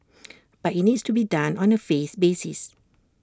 but IT needs to be done on A phase' basis